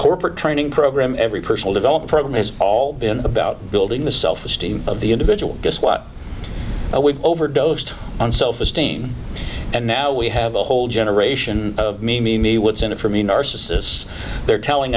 corporate training program every personal developed program has all been about building the self esteem of the individual just what we've overdosed on self esteem and now we have a whole generation me me me what's in it for me narcissists they're telling